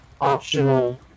optional